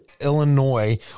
Illinois